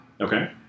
Okay